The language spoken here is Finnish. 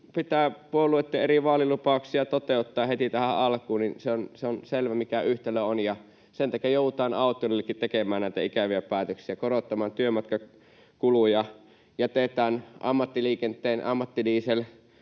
pitää puolueitten eri vaalilupauksia toteuttaa heti tähän alkuun, niin se on selvä, mikä yhtälö on, ja sen takia joudutaan autoilijoillekin tekemään näitä ikäviä päätöksiä: korottamaan työmatkakuluja, jätetään ammattiliikenteen ammattidiesel